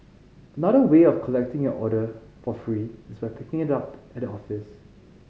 another way of collecting your order for free is by picking it up at the office